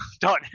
done